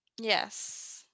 Yes